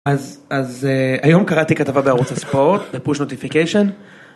אז היום קראתי כתבה בערוץ הספורט בפוש נוטיפיקיישן.